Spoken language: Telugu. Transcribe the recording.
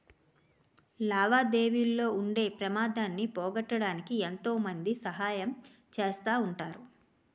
లావాదేవీల్లో ఉండే పెమాదాన్ని పోగొట్టడానికి ఎంతో మంది సహాయం చేస్తా ఉంటారు